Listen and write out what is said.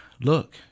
Look